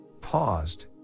paused